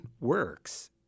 works